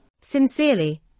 Sincerely